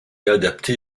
adapté